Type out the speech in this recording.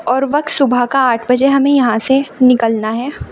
اور وقت صبح کا آٹھ بجے ہمیں یہاں سے نکلنا ہے